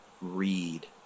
read